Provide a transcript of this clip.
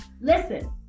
listen